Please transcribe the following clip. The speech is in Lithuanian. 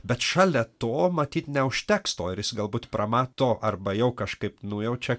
bet šalia to matyt neužteks to ir jis galbūt pramato arba jau kažkaip nujaučia